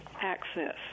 access